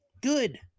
good